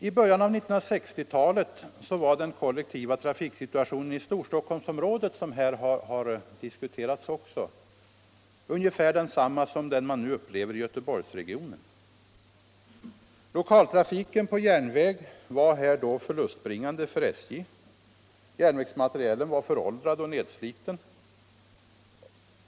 I början av 1960-talet var situationen beträffande kollektivtrafiken i Storstockholmsområdet, som också har diskuterats här, ungefär densamma som man nu upplever i Göteborgsregionen. Lokaltrafiken på järnväg var här då förlustbringande för SJ. Järnvägsmaterielen var föråldrad och nedsliten.